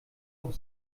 auch